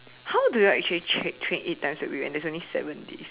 how do you actually track train eight times a week when there's only seven days